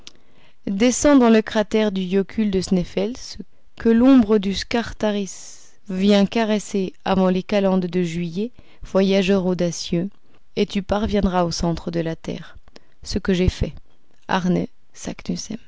descends dans le cratère du yocul de sneffels que l'ombre du scartaris vient caresser avant les calendes de juillet voyageur audacieux et tu parviendras au centre de la terre ce que j'ai fait